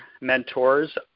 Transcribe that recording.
mentors